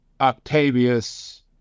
Octavius